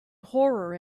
horror